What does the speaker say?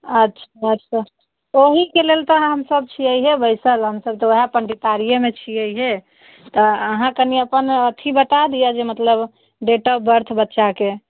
अच्छा अच्छा ओहिके लेल तऽ अहाँ हमसब छियैहे बैसल हम सब पण्डितारियेमे छियैहे तऽ अहाँ कनि अपन कनिये अथी बता दिअ जे मतलब डेट ऑफ़ बर्थ बच्चाकेँ